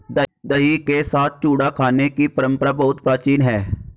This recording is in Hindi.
दही के साथ चूड़ा खाने की परंपरा बहुत प्राचीन है